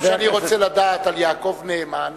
היום כשאני רוצה לדעת על יעקב נאמן,